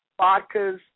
vodkas